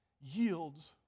yields